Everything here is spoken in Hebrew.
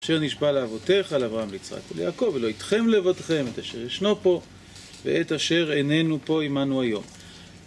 אשר נשבע לאבותיך לאברהם ליצחק וליעקב, ולא אתכם לבדכם, את אשר ישנו פה, ואת אשר איננו פה עימנו היום.